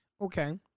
Okay